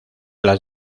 las